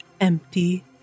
empty